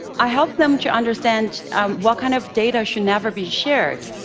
i help them to understand what kind of data should never be shared.